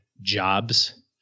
jobs